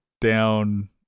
down